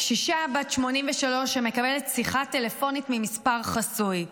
קשישה בת 83 שמקבלת שיחה טלפונית ממספר חסוי.